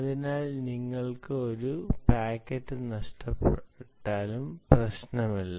അതിനാൽ നിങ്ങൾക്ക് ഒരു പാക്കറ്റ് നഷ്ടപ്പെട്ടാലും പ്രശ്നമില്ല